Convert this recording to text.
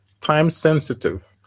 Time-sensitive